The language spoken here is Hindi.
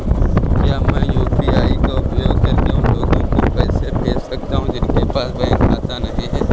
क्या मैं यू.पी.आई का उपयोग करके उन लोगों को पैसे भेज सकता हूँ जिनके पास बैंक खाता नहीं है?